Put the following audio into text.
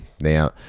now